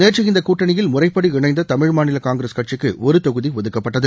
நேற்று இந்த கூட்டணியில் முறைப்படி இணைந்த தமிழ் மாநில காங்கிரஸ் கட்சிக்கு ஒரு தொகுதி ஒதுக்கப்பட்டது